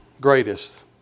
greatest